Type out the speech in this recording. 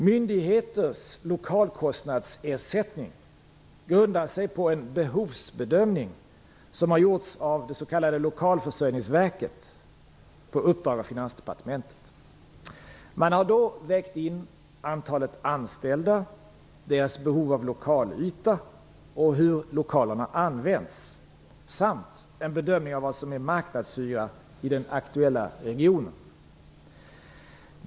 Myndigheters lokalkostnadsersättning grundar sig på en behovsbedömning som har gjorts av det s.k. lokalförsörjningsverket på uppdrag av Finansdepartementet. Man har då vägt in antalet anställda, deras behov av lokalyta och hur lokalerna används samt en bedömning av vad som är marknadshyra i den aktuella regionen.